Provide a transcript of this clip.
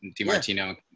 DiMartino